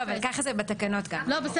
לא, אבל ככה זה גם בתקנות.